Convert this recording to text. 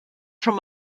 from